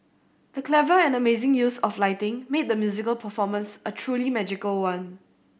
the clever and amazing use of lighting made the musical performance a truly magical one